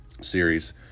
series